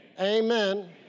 Amen